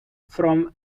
from